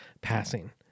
passing